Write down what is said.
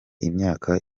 imyaka